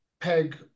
peg